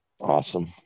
Awesome